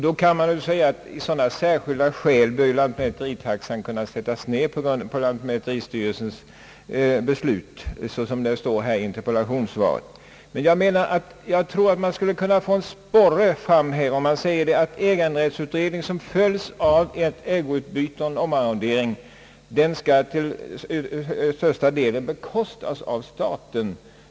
Då kan man säga att om sådana särskilda skäl föreligger så bör lantmäteritaxan kunna sättas ned på lantmäteristyrelsens beslut, såsom det står i interpellationssvaret. Jag tror att det skulle kunna bli en sporre om man säger att äganderättsutredning, som följs av ägoutbyte och omarrondering, till största delen bekostas av staten.